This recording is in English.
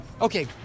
Okay